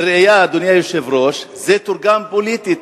לראיה, אדוני היושב-ראש, זה תורגם פוליטית.